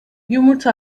yumurta